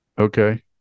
Okay